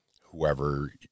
whoever